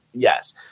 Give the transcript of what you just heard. Yes